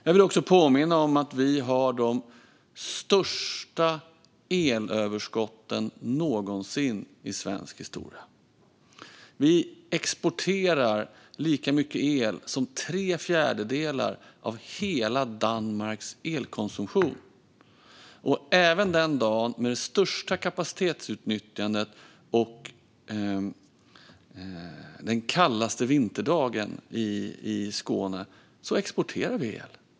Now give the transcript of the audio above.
Jag vill även påminna om att vi har de största elöverskotten någonsin i svensk historia. Vi exporterar lika mycket el som tre fjärdedelar av hela Danmarks elkonsumtion. Även den kallaste vinterdagen i Skåne och en dag med det största kapacitetsutnyttjandet exporterar vi el.